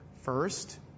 First